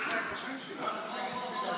לא